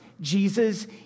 Jesus